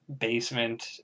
basement